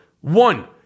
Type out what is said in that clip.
one